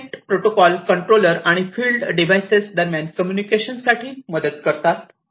PROFINET protocol controller आणि field devices दरम्यान communication साठी मदत करतात